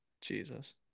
jesus